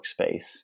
workspace